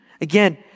Again